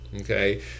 okay